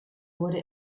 wurde